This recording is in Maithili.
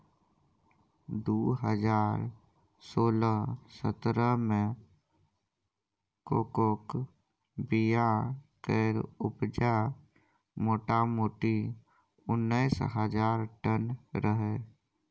दु हजार सोलह सतरह मे कोकोक बीया केर उपजा मोटामोटी उन्नैस हजार टन रहय